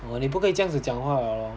orh 你不可以这样子讲话 liao lor